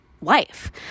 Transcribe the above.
Life